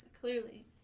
clearly